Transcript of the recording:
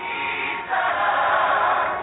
Jesus